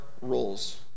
roles